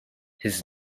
his